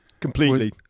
Completely